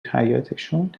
حیاطشون